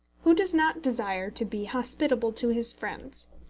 who does not desire to be hospitable to his friends,